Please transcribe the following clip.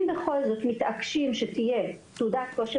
אם בכל זאת מתעקשים שתהיה תעודת כושר